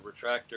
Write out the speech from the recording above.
retractor